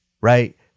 right